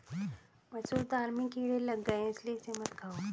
मसूर दाल में कीड़े लग गए है इसलिए इसे मत खाओ